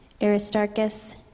Aristarchus